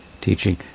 teaching